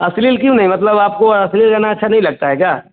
अश्लील क्यों नहीं मतलब आपको अश्लील गाना अच्छा नहीं लगता है क्या